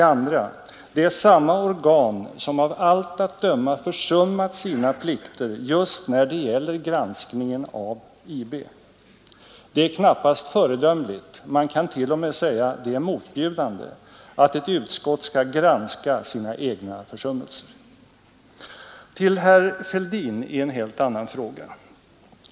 2. Det är samma organ som av allt att döma försummat sina plikter just när det gäller granskningen av IB. Det är knappast föredömligt — man kan t.o.m. säga att det är motbjudande — att ett utskott skall granska sina egna försummelser. Till herr Fälldin i en helt annan fråga.